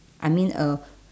I mean a